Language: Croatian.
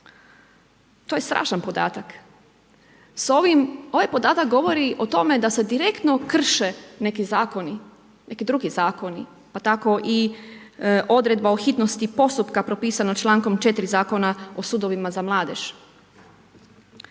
to je strašan podatak. S ovim, ovaj podatak govori o tome da se direktno krše neki zakoni, neki drugi zakoni pa tako i odredba o hitnosti postupka propisano člankom 4. Zakona o sudovima za mladež.